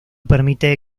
permite